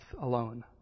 alone